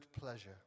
pleasure